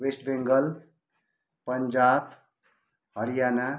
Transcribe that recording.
West Bengal Punjab Haryana